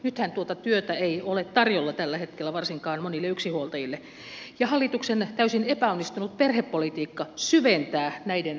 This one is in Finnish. nythän tuota työtä ei ole tarjolla tällä hetkellä varsinkaan monille yksinhuoltajille ja hallituksen täysin epäonnistunut perhepolitiikka syventää näiden ryhmien köyhyyttä